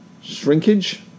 shrinkage